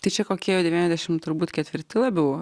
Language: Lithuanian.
tai čia kokie devyniasdešim turbūt ketvirti labiau